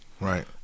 Right